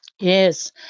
Yes